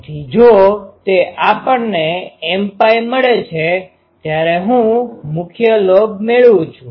તેથી જો તે આપણને mπ મળે છે ત્યારે હું મુખ્ય લોબ મેળવું છુ